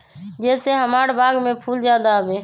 जे से हमार बाग में फुल ज्यादा आवे?